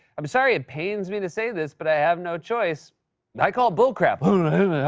i'm sorry, it pains me to say this, but i have no choice i call bullcrap. huhn-huhn-hunh.